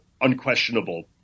unquestionable